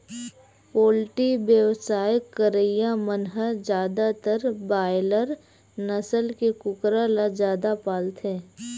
poultry बेवसाय करइया मन ह जादातर बायलर नसल के कुकरा ल जादा पालथे